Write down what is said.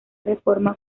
reforma